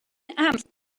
hampstead